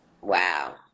Wow